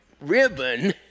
ribbon